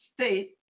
state